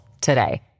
today